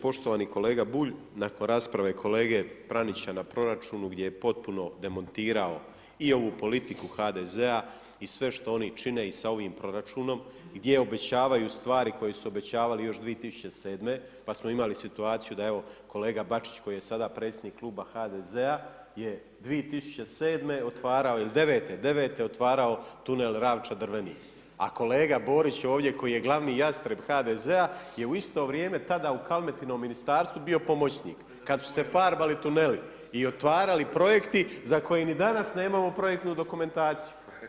Poštovani kolega Bulj, nakon rasprave kolege Pranića na proračunu gdje je potpuno demontirao i ovu politiku HDZ-a i sve što oni čine i sa ovim proračunom, gdje obećavaju stvari koje su obećavali još 2007. pa smo imali situaciju da evo kolega Bačić koji je sada predsjednik Kluba HDZ-a je 2007. otvarao ili '09.-te, '09. otvarao tunel Ravča-Drvenik a kolega Borić ovdje koji je glavni Jastreb HDZ-a je u isto vrijeme tada u Kalmetinom ministarstvu bio pomoćnik kada su se farbali tuneli i otvarali projekti za koje ni danas nemamo projektnu dokumentaciju.